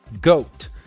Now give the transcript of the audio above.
goat